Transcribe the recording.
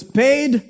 paid